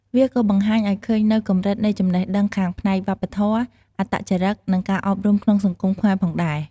វាក៏បង្ហាញឲ្យឃើញនូវ កម្រិតនៃចំណេះដឹងខាងផ្នែកវប្បធម៌ អត្តចរិត និងការអប់រំក្នុងសង្គមខ្មែរផងដែរ។